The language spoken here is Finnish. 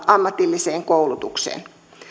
ammatilliseen koulutukseen kohdistuvilla isoilla leikkauksilla